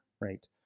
right